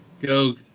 go